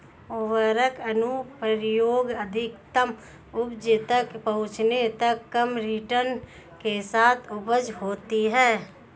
उर्वरक अनुप्रयोग अधिकतम उपज तक पहुंचने तक कम रिटर्न के साथ उपज होती है